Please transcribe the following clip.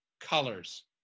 colors